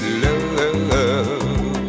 love